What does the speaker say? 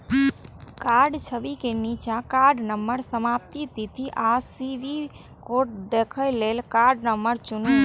कार्डक छवि के निच्चा कार्ड नंबर, समाप्ति तिथि आ सी.वी.वी कोड देखै लेल कार्ड नंबर चुनू